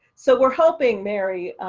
so we're hoping mary,